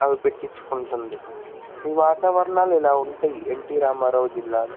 అవి పెట్టించుకుంటుంది ఈ వాతావరణాలు ఇలా ఉంటయి ఈ ఎన్టి రామారావు జిల్లాలో